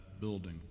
building